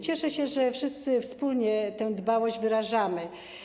Cieszę się, że wszyscy wspólnie tę dbałość wyrażamy.